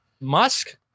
Musk